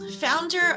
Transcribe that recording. founder